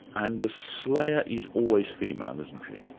and the slayer is always female, isn't she?